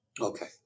Okay